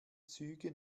züge